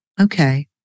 Okay